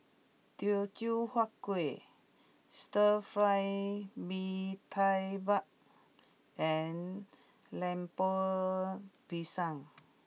Teochew Huat Kuih Stir Fried Mee Tai Mak and Lemper Pisang